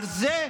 על זה?